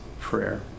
prayer